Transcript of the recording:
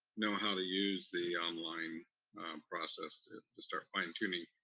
know how to use the online process to to start fine tuning,